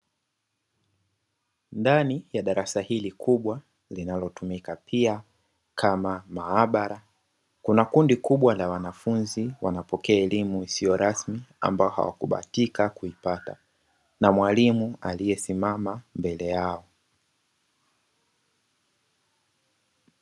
Ndani ya darasa hili kubwa linalotumika pia kama maabara kuna kundi kubwa la wanafunzi wanapokea elimu isiyo rasmi ambao hawakubahatika kuipata na mwalimu aliyesimama mbele yao.